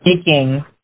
speaking